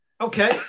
Okay